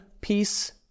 peace